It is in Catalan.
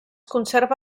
conserva